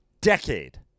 decade